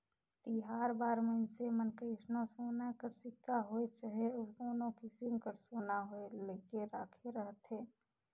तिहार बार मइनसे मन कइसनो सोना कर सिक्का होए चहे अउ कोनो किसिम कर सोना होए लेके राखे रहथें